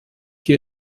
die